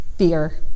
Fear